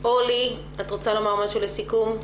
אורלי, את רוצה לומר משהו לסיכום?